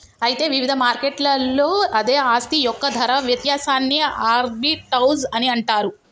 అయితే వివిధ మార్కెట్లలో అదే ఆస్తి యొక్క ధర వ్యత్యాసాన్ని ఆర్బిటౌజ్ అని అంటారు